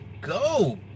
go